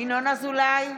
ינון אזולאי,